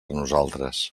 nosaltres